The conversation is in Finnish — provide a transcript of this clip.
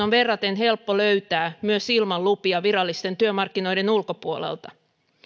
on verraten helppo löytää myös ilman lupia virallisten työmarkkinoiden ulkopuolelta